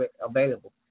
available